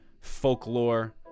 Folklore